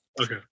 Okay